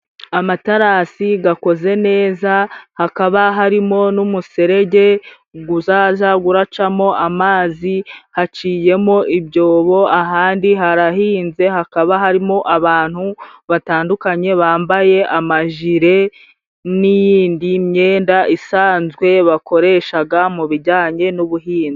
Amatarasi akoze neza, hakaba harimo n'umuserege, uzajya uracamo amazi， haciyemo ibyobo, ahandi harahinze, hakaba harimo abantu batandukanye, bambaye amajire n'iyindi myenda isanzwe, bakoresha mu bijyanye n'ubuhinzi.